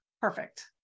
Perfect